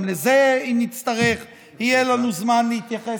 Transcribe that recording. גם לזה, אם נצטרך, יהיה לנו זמן להתייחס.